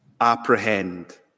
apprehend